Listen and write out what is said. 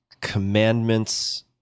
commandments